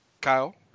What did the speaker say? Kyle